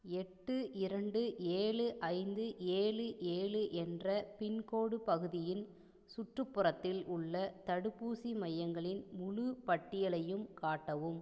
எட்டு இரண்டு ஏழு ஐந்து ஏழு ஏழு என்ற பின்கோடு பகுதியின் சுற்றுப்புறத்தில் உள்ள தடுப்பூசி மையங்களின் முழுப் பட்டியலையும் காட்டவும்